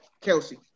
Kelsey